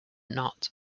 not